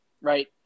Right